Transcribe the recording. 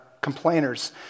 complainers